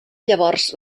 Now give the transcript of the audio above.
llavors